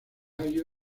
ohio